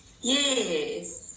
Yes